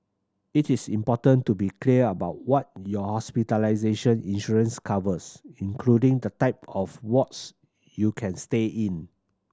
it is important to be clear about what your hospitalization insurance covers including the type of wards you can stay in